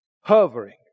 Hovering